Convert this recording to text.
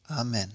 Amen